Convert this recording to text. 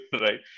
right